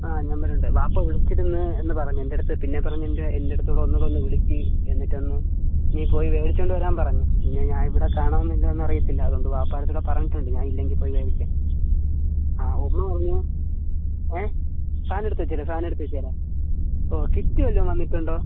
ആ നമ്പരൊണ്ട് വാപ്പ വിളിച്ചിരുന്നു എന്ന് പറഞ്ഞ് എന്റടുത്ത് പിന്നെ പറഞ്ഞ് എൻ്റെ എൻ്റട്ത്തൂടെ ഒന്നൂടൊന്ന് വിളിക്ക് എന്നിട്ടൊന്ന് നീ പോയി മേടിച്ചോണ്ട് വരാൻ പറഞ്ഞ് പിന്നെ ഞാൻ ഇവിടെ കാണോ ഇല്ലയോന്ന് അറിയത്തില്ല അതോണ്ട് വാപ്പാട്ത്തൂടെ പറഞ്ഞിട്ടുണ്ട് ഞാൻ ഇല്ലെങ്കിൽ പോയി മേടിക്കാൻ ആ ഉമ്മ പറഞ്ഞു ഏ സാധനം എടുത്ത് വെച്ചേരെ സാധനം എടുത്ത് വെച്ചേരെ ഓ കിറ്റ് വല്ലോം വന്നിട്ടുണ്ടോ